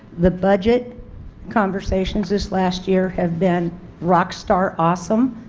the budget conversations this last year have been rockstar awesome.